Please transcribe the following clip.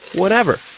whatever.